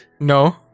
no